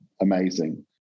amazing